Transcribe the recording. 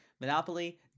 Monopoly